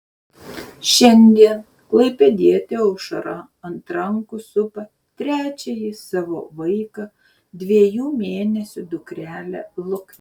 šiandien klaipėdietė aušra ant rankų supa trečiąjį savo vaiką dviejų mėnesių dukrelę luknę